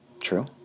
True